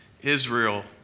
Israel